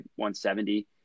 170